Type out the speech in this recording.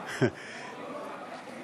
להצבעה,